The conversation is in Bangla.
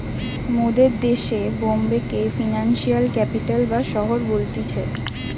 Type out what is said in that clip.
মোদের দেশে বোম্বে কে ফিনান্সিয়াল ক্যাপিটাল বা শহর বলতিছে